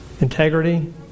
integrity